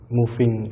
moving